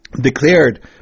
declared